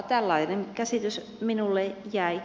tällainen käsitys minulle jäi